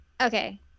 Okay